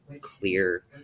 clear